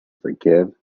forgive